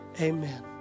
Amen